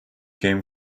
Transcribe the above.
came